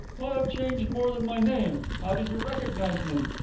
have changed more than my name. how did you recognize me?